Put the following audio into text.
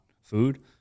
food